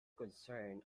concern